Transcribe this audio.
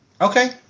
Okay